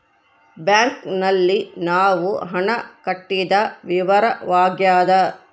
bank ನಲ್ಲಿ ನಾವು ಹಣ ಕಟ್ಟಿದ ವಿವರವಾಗ್ಯಾದ